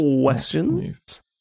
questions